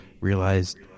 realized